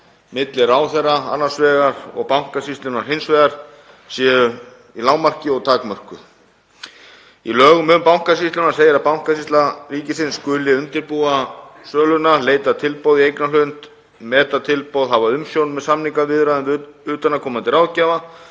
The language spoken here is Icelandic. milli ráðherra annars vegar og Bankasýslunnar hins vegar séu í lágmarki og takmörkuð. Í lögum um Bankasýsluna segir að Bankasýsla ríkisins skuli undirbúa söluna, leita tilboða í eignarhlut, meta tilboð, hafa umsjón með samningaviðræðum við utanaðkomandi ráðgjafa